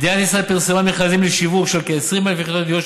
מדינת ישראל פרסמה מכרזים לשיווק של כ-20,000 יחידות דיור,